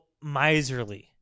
miserly